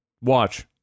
Watch